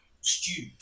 stew